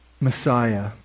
Messiah